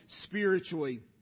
spiritually